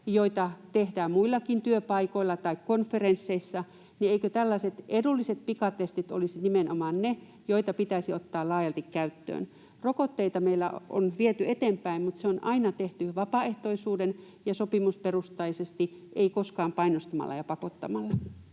joita tehdään muillakin työpaikoilla tai konferensseissa, niin eivätkö tällaiset edulliset pikatestit olisi nimenomaan ne, joita pitäisi ottaa laajalti käyttöön. Rokotteita meillä on viety eteenpäin, mutta se on aina tehty vapaaehtoisuuden pohjalta ja sopimusperustaisesti, ei koskaan painostamalla ja pakottamalla.